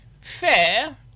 Fair